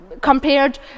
compared